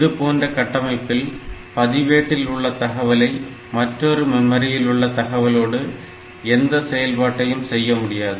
இதுபோன்ற கட்டமைப்பில் பதிவேட்டில் உள்ள தகவலை மற்றொரு மெமரியில் உள்ள தகவலோடு எந்த செயல்பாடையும் செய்ய முடியாது